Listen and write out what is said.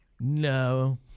no